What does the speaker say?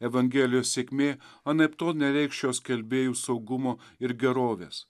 evangelijos sėkmė anaiptol neveiks šio skelbėjų saugumo ir gerovės